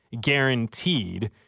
Guaranteed